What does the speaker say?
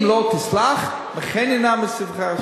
אם לא תסלח, מחני נא מספרך.